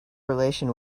relation